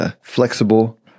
Flexible